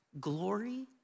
glory